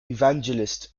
evangelist